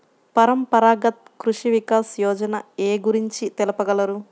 పరంపరాగత్ కృషి వికాస్ యోజన ఏ గురించి తెలుపగలరు?